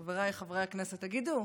חבריי חברי הכנסת, תגידו,